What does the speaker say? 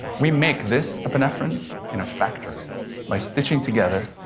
we make this epinephrine in a factory by stitching together